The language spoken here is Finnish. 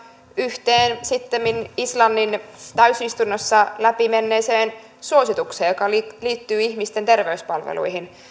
yhteen sittemmin islannin täysistunnossa läpimenneeseen suositukseen joka liittyy ihmisten terveyspalveluihin